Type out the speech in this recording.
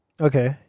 Okay